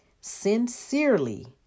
sincerely